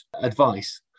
advice